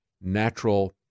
natural